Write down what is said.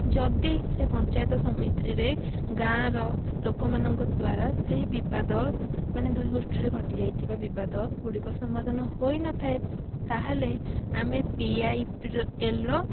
ଯଦି ସେ ପଞ୍ଚାୟତସମିତିରେ ଗାଁର ଲୋକମାନଙ୍କ ଦ୍ଵାରା ସେଇ ବିବାଦ ମାନେ ଦୁଇ ଗୋଷ୍ଠୀରେ ଘଟିଯାଇଥିବା ବିବାଦଗୁଡ଼ିକ ସମାଧାନ ହୋଇନଥାଏ ତାହେଲେ ଆମେ ପି ଆଇ ଏଲ୍ ର